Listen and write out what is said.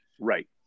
Right